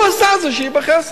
הוא עשה את זה, שיהיה בכסף.